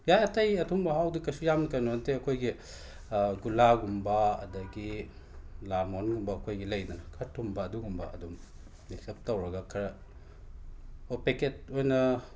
ꯌꯥꯏ ꯑꯇꯩ ꯑꯊꯨꯝ ꯑꯍꯥꯎꯗꯨ ꯀꯩꯁꯨ ꯌꯥꯝꯅ ꯀꯩꯅꯣ ꯅꯠꯇꯦ ꯑꯩꯈꯣꯏꯒꯤ ꯒꯨꯂꯥꯒꯨꯝꯕ ꯑꯗꯒꯤ ꯂꯥꯜꯃꯣꯍꯣꯟꯒꯨꯝꯕ ꯑꯩꯈꯣꯏꯒꯤ ꯂꯩꯗꯅ ꯈꯔ ꯊꯨꯝꯕ ꯑꯗꯨꯒꯨꯝꯕ ꯑꯗꯨꯝ ꯃꯤꯛꯁ ꯑꯞ ꯇꯧꯔꯒ ꯈꯔ ꯍꯣ ꯄꯦꯀꯦꯠ ꯑꯣꯏꯅ